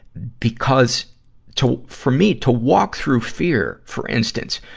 because to, for me to walk through fear, for instance,